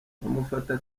bamufata